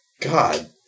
God